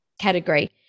category